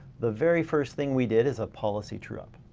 the very first thing we did is a policy true-up.